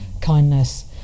kindness